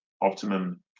optimum